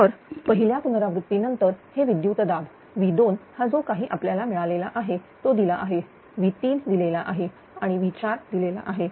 तर पहिल्या पुनरावृत्ती नंतर हे विद्युतदाब V2 हा जो काही आपल्याला मिळालेला आहे तो दिला आहेV3 दिलेला आहे आणि V4 दिलेला आहे